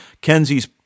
Kenzie's